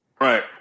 Right